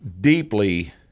deeply